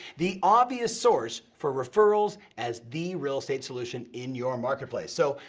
the obvious source for referrals as the real estate solution in your marketplace. so,